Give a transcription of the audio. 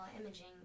imaging